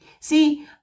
See